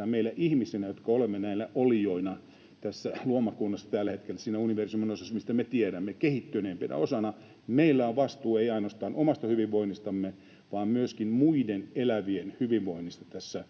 ja meillä ihmisillä, jotka olemme näinä olioina tässä luomakunnassa tällä hetkellä siinä universumin osassa, mistä me tiedämme, kehittyneimpänä osana. Meillä on vastuu ei ainoastaan omasta hyvinvoinnistamme vaan myöskin muiden elävien hyvinvoinnista tässä